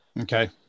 Okay